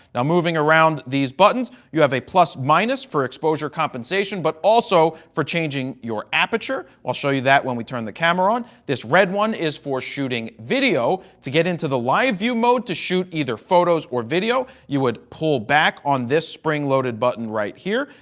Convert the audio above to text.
now, moving around these buttons you have a plus, minus, for exposure compensation, but also for changing your aperture. i will show you that when we turn the camera on. this red one is for shooting video, to get into the live view mode to shoot either photos or video you would pull back on this spring loaded button right here.